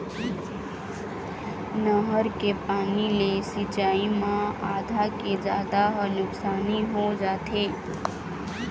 नहर के पानी ले सिंचई म आधा के जादा ह नुकसानी हो जाथे